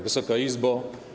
Wysoka Izbo!